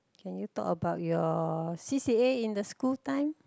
can you talk about your C_C_A in the school time